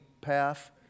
path